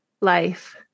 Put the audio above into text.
Life